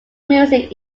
music